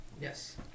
Yes